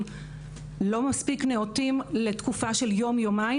לא מספיק נאותים לתקופה של יום יומיים,